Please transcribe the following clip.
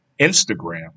Instagram